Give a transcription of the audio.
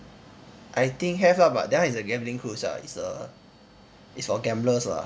I think have lah but that one is a gambling cruise ah it's a it's for gamblers lah